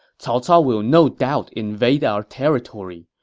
cao cao will no doubt invade our territory.